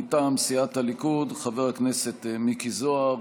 מטעם סיעת הליכוד, חבר הכנסת מיקי זוהר.